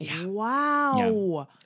wow